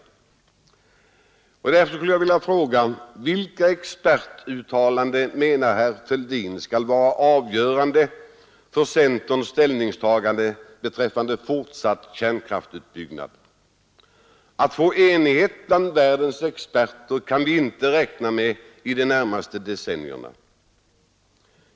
Därför vill jag ställa följande fråga: Vilka expertuttalanden menar herr Fälldin skall vara avgörande för centerns ställningstagande beträffande fortsatt kärnkraftsutbyggnad? Att få enighet bland världens experter kan vi inte räkna med under de närmaste decennierna.